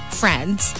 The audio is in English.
friends